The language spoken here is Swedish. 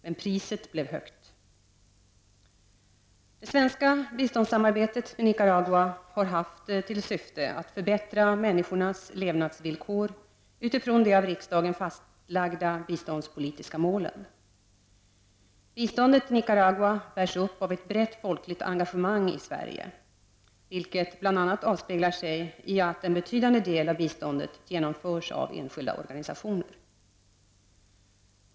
Men priset blev högt Det svenska biståndssamarbetet med Nicaragua har haft till syfte att förbättra människornas levnadsvillkor utifrån de av riksdagens fastlagda biståndspolitiska målen. Biståndet till Nicaragua bärs upp av ett brett folkligt engagemang i Sverige, vilket bl.a. avspeglat sig i att en betydande del av biståndet genomförs av enskilda organisationer.